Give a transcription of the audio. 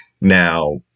Now